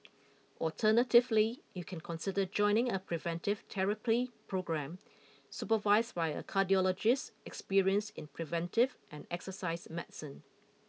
alternatively you can consider joining a preventive therapy programme supervised by a cardiologist experienced in preventive and exercise medicine